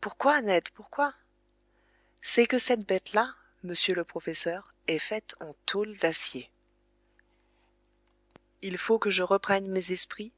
pourquoi ned pourquoi c'est que cette bête-là monsieur le professeur est faite en tôle d'acier il faut que je reprenne mes esprits